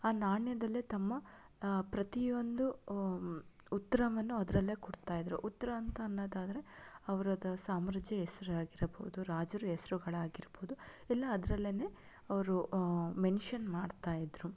ಆ ನಾಣ್ಯದಲ್ಲೇ ತಮ್ಮ ಪ್ರತಿಯೊಂದು ಉತ್ತರವನ್ನು ಅದರಲ್ಲೇ ಕೊಡ್ತಾ ಇದ್ದರು ಉತ್ತರ ಅಂತ ಅನ್ನೋದಾದ್ರೆ ಅವರ ಸಾಮ್ರಾಜ್ಯ ಹೆಸರು ಆಗಿರಬಹುದು ರಾಜರ ಹೆಸರುಗಳಾಗಿರಬಹುದು ಎಲ್ಲ ಅದರಲ್ಲೇ ಅವರು ಮೆನ್ಷನ್ ಮಾಡ್ತಾ ಇದ್ದರು